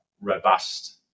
robust